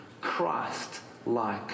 Christ-like